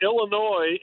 Illinois